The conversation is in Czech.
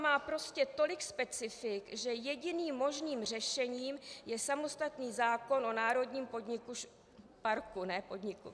Šumava má prostě tolik specifik, že jediným možným řešením je samostatný zákon o národním podniku... parku, ne podniku...